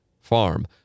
Farm